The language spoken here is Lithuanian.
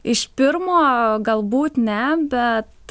iš pirmo galbūt ne bet